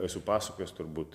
esu pasakojęs turbūt